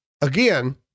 again